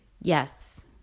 yes